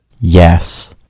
Yes